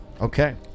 Okay